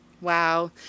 Wow